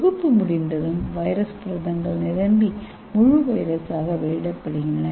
தொகுப்பு முடிந்ததும் வைரஸ் புரதங்கள் நிரம்பி முழு வைரஸாக வெளியிடப்படுகின்றன